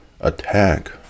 attack